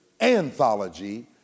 anthology